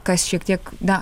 kas šiek tiek na